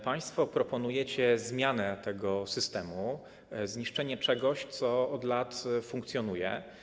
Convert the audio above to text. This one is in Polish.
Państwo proponujecie zmianę tego systemu, zniszczenie czegoś, co od lat funkcjonuje.